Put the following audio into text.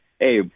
Hey